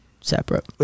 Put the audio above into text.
Separate